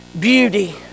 beauty